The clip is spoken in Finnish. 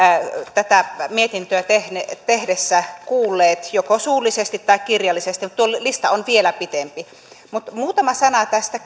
tätä mietintöä tehdessä kuulleet joko suullisesti tai kirjallisesti mutta tuo lista on vielä pitempi muutama sana tästä